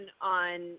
on